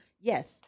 yes